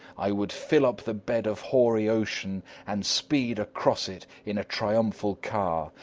i would fill up the bed of hoary ocean and speed across it in a triumphal car.